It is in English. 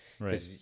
right